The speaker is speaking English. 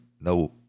no